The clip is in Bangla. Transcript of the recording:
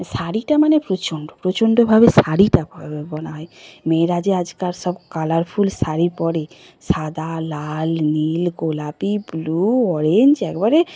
শাড়িটা মানে প্রচণ্ড প্রচণ্ডভাবে শাড়িটা বোনা হয় মেয়েরা যে আজ কাল সব কালারফুল শাড়ি পরে সাদা লাল নীল গোলাপি ব্লু অরেঞ্জ একবারে